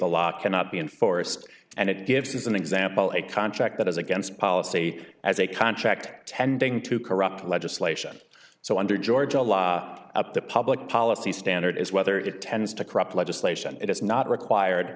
the law cannot be enforced and it gives as an example a contract that is against policy as a contract tending to corrupt legislation so under georgia law up the public policy standard is whether it tends to corrupt legislation it is not required